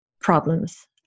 problems